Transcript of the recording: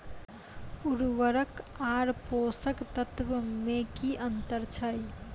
उर्वरक आर पोसक तत्व मे की अन्तर छै?